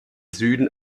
süden